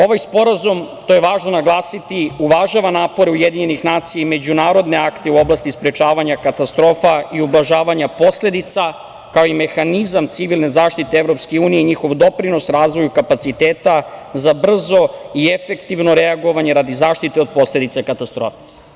Ovaj sporazum, to je važno naglasiti, uvažava napore UN i međunarodne akte u oblasti sprečavanja katastrofa i ublažavanja posledica, kao i mehanizam civilne zaštite EU i njihov doprinos razvoju kapaciteta za brzo i efektivno reagovanje radi zaštite od posledica katastrofa.